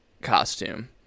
costume